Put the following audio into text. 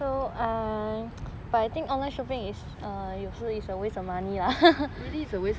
really it's